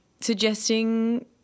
Suggesting